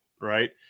right